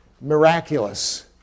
miraculous